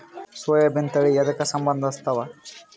ಸೋಯಾಬಿನ ತಳಿ ಎದಕ ಸಂಭಂದಸತ್ತಾವ?